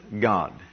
God